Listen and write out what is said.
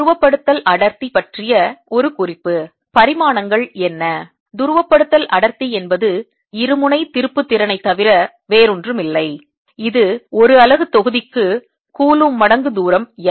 துருவப்படுத்தல் அடர்த்தி பற்றிய ஒரு குறிப்பு பரிமாணங்கள் என்ன துருவப்படுத்தல் அடர்த்தி என்பது இருமுனை திருப்பு திறனை தவிர வேறொன்றுமில்லை இது ஒரு அலகுத்தொகுதிக்கு கூலும் மடங்கு தூரம் L